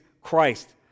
Christ